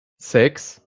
sechs